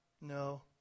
no